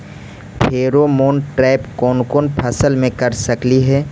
Pheromone trap कोन कोन फसल मे कर सकली हे?